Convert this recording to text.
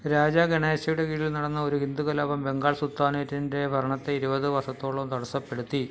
രാജാ ഗണേശയുടെ കീഴിൽ നടന്ന ഒരു ഹിന്ദു കലാപം ബംഗാൾ സുൽത്താനേറ്റിൻ്റെ ഭരണത്തെ ഇരുപത് വർഷത്തോളം തടസ്സപ്പെടുത്തി